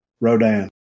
Rodan